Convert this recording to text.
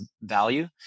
value